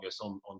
on